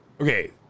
Okay